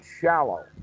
shallow